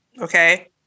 Okay